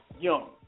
young